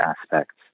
aspects